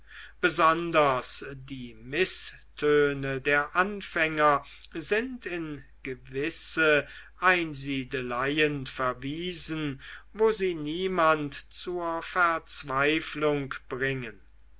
besonders die mißtöne der anfänger sind in gewisse einsiedeleien verwiesen wo sie niemand zur verzweiflung bringen